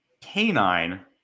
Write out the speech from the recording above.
canine